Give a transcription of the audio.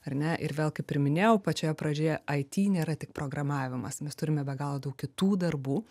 ar ne ir vėl kaip ir minėjau pačioje pradžioje it nėra tik programavimas mes turime be galo daug kitų darbų